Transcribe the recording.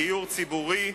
דיור ציבורי",